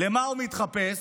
למה הוא מתחפש?